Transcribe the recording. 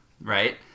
Right